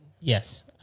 Yes